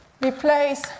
replace